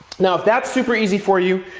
now if that's super easy for you,